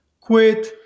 quit